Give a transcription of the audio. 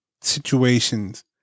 situations